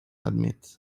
admit